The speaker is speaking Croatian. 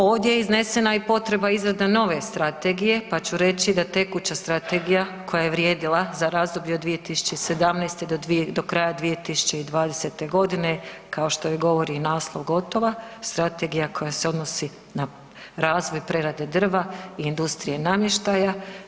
Ovdje je iznesena i potreba izrade nove strategije, pa ću reći da tekuća strategija koja je vrijedila za razdoblje 2017. do kraja 2020. godine kao što joj govori i naslov gotova, strategija koja se odnosi na razvoj prerade drva i industrije namještaja.